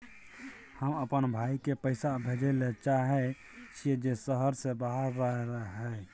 हम अपन भाई के पैसा भेजय ले चाहय छियै जे शहर से बाहर रहय हय